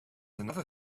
another